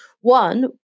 One